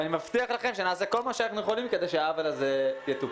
אני מבטיח לכם שנעשה כל מה שאנחנו יכולים כדי שהעוול הזה יטופל.